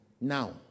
now